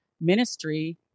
ministry